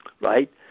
right